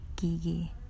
Gigi